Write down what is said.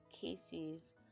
cases